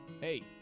Hey